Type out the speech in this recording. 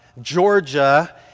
Georgia